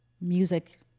music